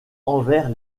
envers